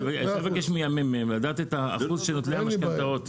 אפשר לבקש מהממ"מ לדעת את אחוז נוטלי המשכנתאות.